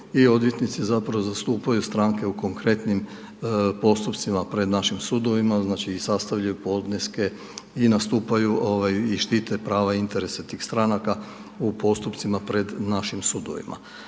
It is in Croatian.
odvjetnici zapravo zastupaju stranke u konkretnim postupcima pred našim sudovima, znači i sastavljaju podneske i nastupaju i štite prava i interese tih stranaka u postupcima pred našim sudovima.